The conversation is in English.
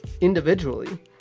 individually